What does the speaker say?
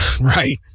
Right